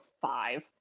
five